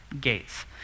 gates